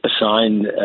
assigned